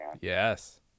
Yes